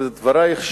בדברייך,